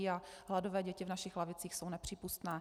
A hladové děti v našich lavicích jsou nepřípustné.